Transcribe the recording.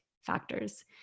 factors